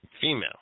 female